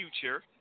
future